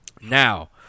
Now